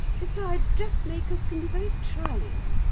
besides, dressmakers can be very trying.